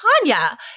Tanya